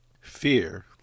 Fear